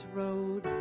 road